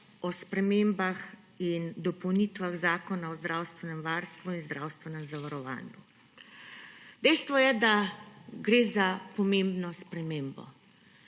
o spremembah in dopolnitvah Zakona o zdravstvenem varstvu in zdravstvenem zavarovanju. Dejstvo je, da gre za pomembno spremembo.